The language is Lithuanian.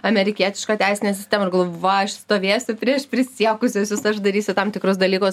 amerikietišką teisinę sistemą ir gal va aš stovėsiu prieš prisiekusiuosius aš darysiu tam tikrus dalykus